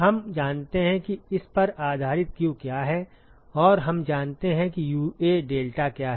हम जानते हैं कि इस पर आधारित q क्या है और हम जानते हैं कि UA डेल्टा क्या है